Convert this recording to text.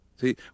See